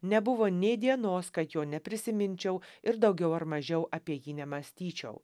nebuvo nė dienos kad jo neprisiminčiau ir daugiau ar mažiau apie jį nemąstyčiau